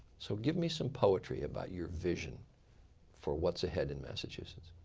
so give me some poetry about your vision for what's ahead in massachusetts.